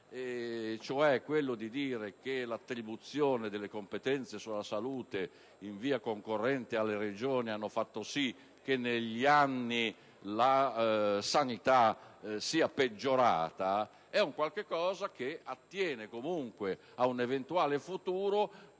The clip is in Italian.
(cioè sostenere che l'attribuzione delle competenze sulla salute in via concorrente alle Regioni ha fatto sì che, negli anni, la sanità sia peggiorata), è un'affermazione attinente, comunque, a un'eventuale futuro.